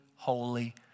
Holy